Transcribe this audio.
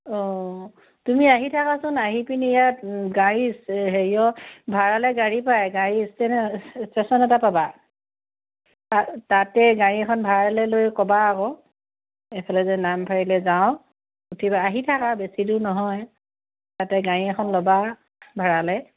অঁ তুমি আহি থাকাচোন আহি পিনি ইয়াত গাড়ী হেৰিয়ৰ ভাড়ালৈ গাড়ী পায় গাড়ী ষ্টেণ্ড ষ্টেচন এটা পাবা তা তাতে গাড়ী এখন ভাড়ালৈ লৈ ক'বা আকৌ এইফালে যে নামফাকেলৈ যাওঁ উঠিবা আহি থাকা বেছি দূৰ নহয় তাতে গাড়ী এখন ল'বা ভাড়ালৈ